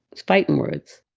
it's fighting words.